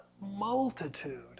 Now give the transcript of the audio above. multitude